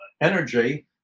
energy